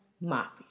Mafia